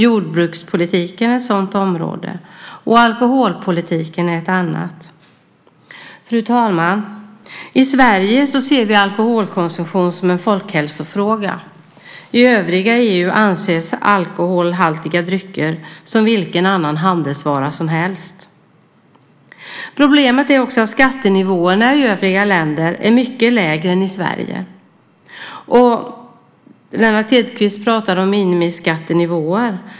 Jordbrukspolitiken är ett sådant område, och alkoholpolitiken är ett annat område. Fru talman! I Sverige ser vi alkoholkonsumtion som en folkhälsofråga. I övriga EU anses alkoholhaltiga drycker som vilken annan handelsvara som helst. Problemet är också att skattenivåerna i övriga länder är mycket lägre än i Sverige. Lennart Hedquist talade om minimiskattenivåer.